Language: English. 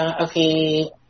Okay